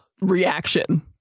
reaction